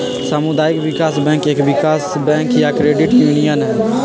सामुदायिक विकास बैंक एक विकास बैंक या क्रेडिट यूनियन हई